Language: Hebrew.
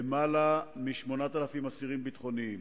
למעלה מ-8,000 אסירים ביטחוניים.